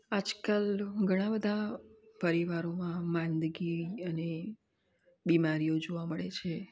આજકાલ ઘણા બધા પરિવારોમાં માંદગી અને બીમારીઓ જોવા મળે છે